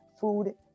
food